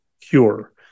cure